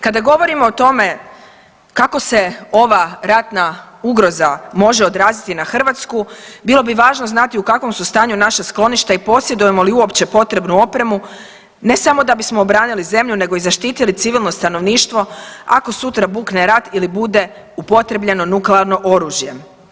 Kada govorimo o tome kako se ova ratna ugroza može odraziti na Hrvatsku, bilo bi važno znati u kakvom su stanju naša skloništa i posjedujemo li uopće potrebnu opremu, ne samo da bismo obranili zemlju nego i zaštitili civilno stanovništvo ako sutra bukne rat ili bude upotrjebljeno nuklearno oružje.